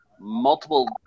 multiple